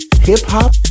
hip-hop